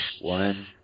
One